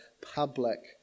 public